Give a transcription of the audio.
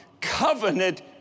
covenant